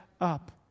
up